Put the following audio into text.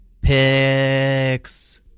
Picks